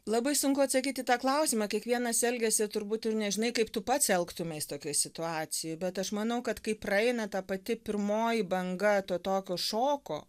labai sunku atsakyt į tą klausimą kiekvienas elgiasi turbūt tu ir nežinai kaip tu pats elgtumeis tokioj situacijoj bet aš manau kad kai praeina ta pati pirmoji banga to tokio šoko